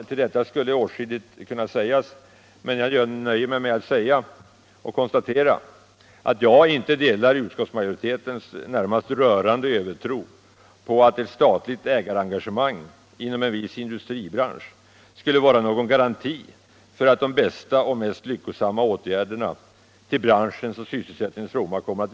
Om detta skulle åtskilligt kunna sägas, men jag nöjer mig med att konstatera att jag inte delar utskottsmajoritetens närmast rörande övertro på att ett statligt ägarengagemang inom en viss industribransch skulle vara någon garanti för att de bästa och mest lyckosamma åtgärderna kommer att vidtas till branschens och sysselsättningens fromma.